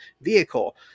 vehicle